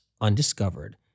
undiscovered